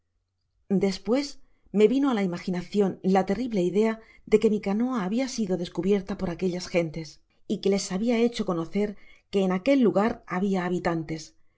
despues me vino á la imaginacion la terrible idea que mi canoa habia sido descabierta por aquellas gentes y que les habia hecho conocer que en aquel lugar habia habitan